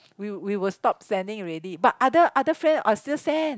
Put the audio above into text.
we will we will stop sending already but other other friends are still send